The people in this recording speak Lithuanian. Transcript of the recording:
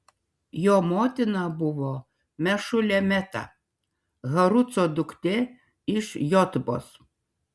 jo motina buvo mešulemeta haruco duktė iš jotbos